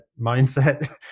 mindset